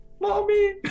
Mommy